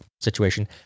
situation